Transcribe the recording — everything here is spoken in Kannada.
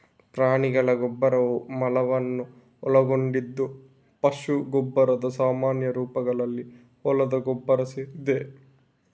ಪ್ರಾಣಿಗಳ ಗೊಬ್ಬರವು ಮಲವನ್ನು ಒಳಗೊಂಡಿದ್ದು ಪಶು ಗೊಬ್ಬರದ ಸಾಮಾನ್ಯ ರೂಪಗಳಲ್ಲಿ ಹೊಲದ ಗೊಬ್ಬರ ಸೇರಿದೆ